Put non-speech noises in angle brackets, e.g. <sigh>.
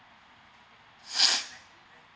<noise>